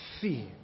fear